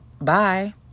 bye